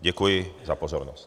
Děkuji za pozornost.